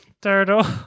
turtle